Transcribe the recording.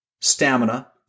stamina